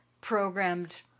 programmed